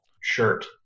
shirt